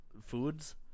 foods